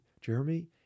Jeremy